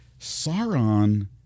Sauron